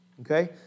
okay